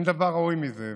אין דבר ראוי מזה.